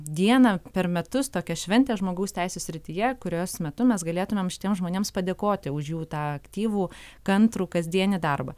dieną per metus tokią šventę žmogaus teisių srityje kurios metu mes galėtumėm šitiems žmonėms padėkoti už jų tą aktyvų kantrų kasdienį darbą